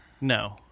No